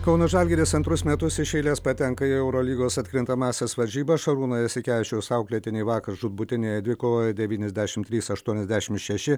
kauno žalgiris antrus metus iš eilės patenka į eurolygos atkrintamąsias varžybas šarūno jasikevičiaus auklėtiniai vakar žūtbūtinėje dvikovoje devyniasdešim trys aštuoniasdešim šeši